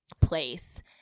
place